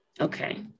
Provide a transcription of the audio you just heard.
Okay